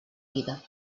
vida